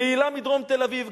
פעילה מדרום תל-אביב,